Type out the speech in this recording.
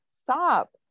stop